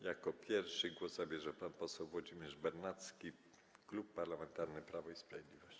Jako pierwszy głos zabierze pan poseł Włodzimierz Bernacki, Klub Parlamentarny Prawo i Sprawiedliwość.